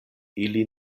ili